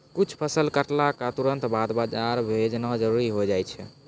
कुछ फसल कटला क तुरंत बाद बाजार भेजना जरूरी होय छै